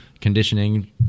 conditioning